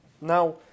Now